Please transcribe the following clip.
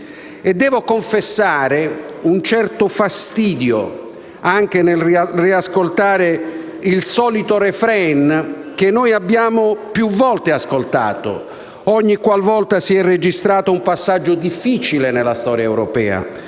e devo confessare un certo fastidio anche nel riascoltare il solito *refrain*, sentito ogni qual volta si è registrato un passaggio difficile nella storia europea.